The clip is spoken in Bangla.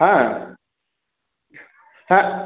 হ্যাঁ হ্যাঁ